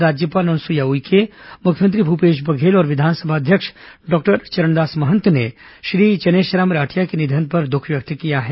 राज्यपाल अनुसुईया उइके मुख्यमंत्री भूपेश बघेल और विधानसभा अध्यक्ष डॉक्टर चरणदास महंत ने श्री चनेशराम राठिया के निधन पर दुख व्यक्त किया है